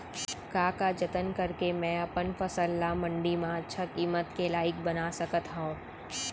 का का जतन करके मैं अपन फसल ला मण्डी मा अच्छा किम्मत के लाइक बना सकत हव?